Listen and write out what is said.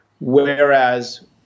whereas